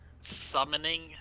summoning